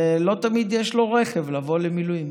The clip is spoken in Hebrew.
ולא תמיד יש לו רכב כדי לבוא למילואים.